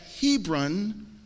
Hebron